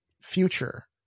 future